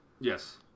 Yes